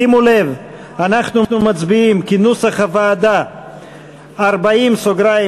שימו לב, אנחנו מצביעים כנוסח הוועדה על 40(19)